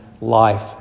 life